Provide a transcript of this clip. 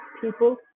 people